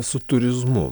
su turizmu